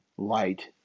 Light